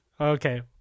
okay